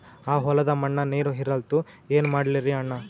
ಆ ಹೊಲದ ಮಣ್ಣ ನೀರ್ ಹೀರಲ್ತು, ಏನ ಮಾಡಲಿರಿ ಅಣ್ಣಾ?